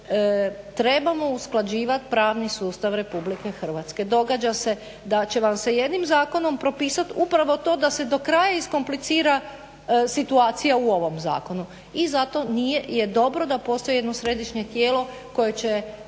trebamo usklađivati pravni sustav RH. Događa se da će vam se jednim zakonom propisati upravo to da se do kraja iskomplicira situacija u ovom zakonu. I zato je dobro da postoji jedno središnje tijelo koje će